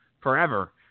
forever